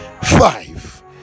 five